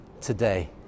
today